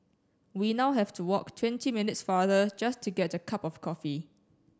we now have to walk twenty minutes farther just to get a cup of coffee